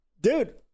dude